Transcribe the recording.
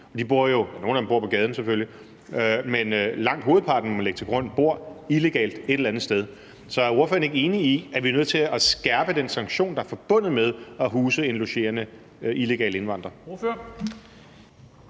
Nogle af dem bor selvfølgelig på gaden, men langt hovedparten, må man lægge til grund, bor illegalt et eller andet sted. Så er ordføreren ikke enig i, at vi er nødt til at skærpe den sanktion, der er forbundet med at huse en illegal indvandrer?